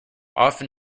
often